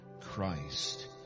Christ